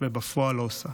ובפועל לא עושה.